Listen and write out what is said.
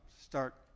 start